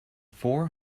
four